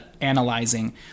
analyzing